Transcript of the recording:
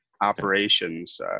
operations